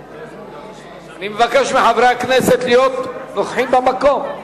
אני מבקש מחברי הכנסת להיות נוכחים במקום.